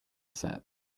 set